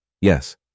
Yes